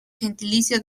gentilicio